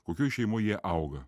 kokioj šeimoj jie auga